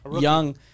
young